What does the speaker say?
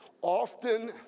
Often